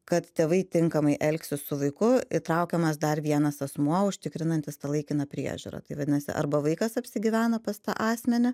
kad tėvai tinkamai elgsis su vaiku įtraukiamas dar vienas asmuo užtikrinantis tą laikiną priežiūrą tai vadinasi arba vaikas apsigyvena pas tą asmenį